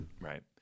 right